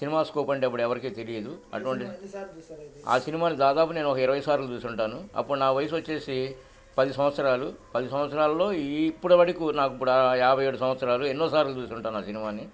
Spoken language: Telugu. సినిమా స్కోప్ అంటే అప్పుడు ఎవరికే తెలియదు అటువంటి ఆ సినిమాని దాకాాపు నేను ఒక ఇరవై సార్లు చూసుంటాను అప్పుడు నా వయసు వచ్చేసి పది సంవత్సరాలు పది సంవత్సరాల్లో ఈ ఇప్పటివడికు నాకు ఇప్పుడు యాభై ఏడు సంవత్సరాలు ఎన్నోసార్లు చూసుంటాను ఆ సినిమాని